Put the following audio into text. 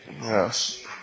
Yes